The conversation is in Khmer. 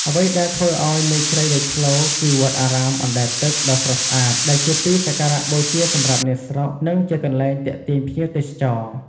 អ្វីដែលធ្វើឱ្យ មេជ្រៃលេចធ្លោ គឺវត្តអារាមអណ្ដែតទឹកដ៏ស្រស់ស្អាត ដែលជាទីសក្ការៈបូជាសម្រាប់អ្នកស្រុក និងជាកន្លែងទាក់ទាញភ្ញៀវទេសចរ។